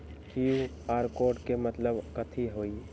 QR code के मतलब कथी होई?